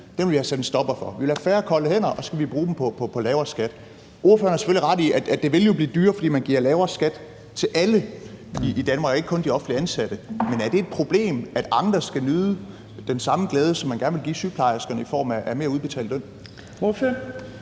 pct., vil vi have sat en stopper for. Vi vil have færre kolde hænder, og så skal vi bruge pengene på lavere skat. Ordføreren har selvfølgelig ret i, at det jo vil blive dyrere, fordi man giver lavere skattesatser til alle i Danmark og ikke kun de offentligt ansatte, men er det et problem, at andre skal nyde den samme glæde, som man gerne vil give sygeplejerskerne i form af mere udbetalt løn?